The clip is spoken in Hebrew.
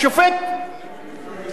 התעניינתי.